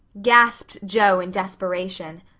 gasped joe in desperation.